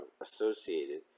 associated